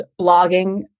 blogging